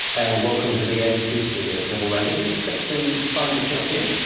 and welcome to the abc studios, neville wran. did you expect to find yourself here?